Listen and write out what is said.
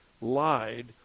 lied